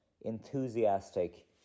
enthusiastic